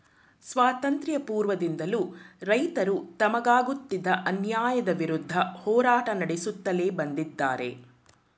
ಸ್ವಾತಂತ್ರ್ಯ ಪೂರ್ವದಿಂದಲೂ ರೈತರು ತಮಗಾಗುತ್ತಿದ್ದ ಅನ್ಯಾಯದ ವಿರುದ್ಧ ಹೋರಾಟ ನಡೆಸುತ್ಲೇ ಬಂದಿದ್ದಾರೆ